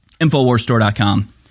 InfoWarsStore.com